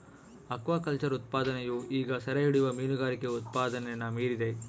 aquaculture ಉತ್ಪಾದನೆಯು ಈಗ ಸೆರೆಹಿಡಿಯುವ ಮೀನುಗಾರಿಕೆ ಉತ್ಪಾದನೆನ ಮೀರಿದೆ